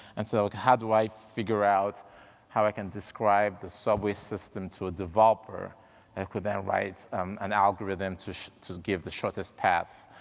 and so how do i figure out how i can describe the subway system to a developer that and could then write an algorithm to to give the shortest path.